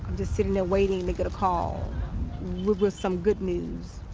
just sitting there waiting to get a call with with some good news,